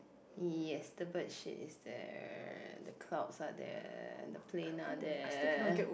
yes the bird shit is there and the clouds are there and the plane are there